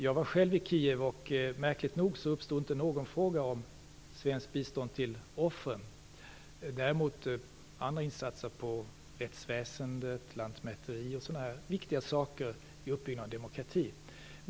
Jag var själv i Kijev, och märkligt nog uppstod inte någon fråga om svenskt bistånd till offren, däremot om andra insatser inom rättsväsende, lantmäteri och andra viktiga saker vid uppbyggnaden av demokrati.